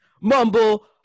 mumble